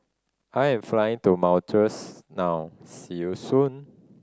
I am flying to Mauritius now see you soon